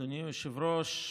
היושב-ראש,